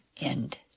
End